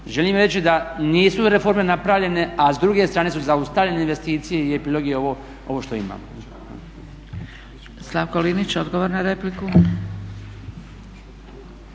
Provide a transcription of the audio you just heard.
želim reći da nisu reforme napravljene, a s druge strane su zaustavljene investicije i epilog je ovo što imamo.